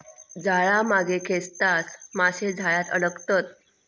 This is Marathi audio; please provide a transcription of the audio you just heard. जाळा मागे खेचताच मासे जाळ्यात अडकतत